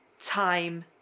time